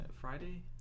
Friday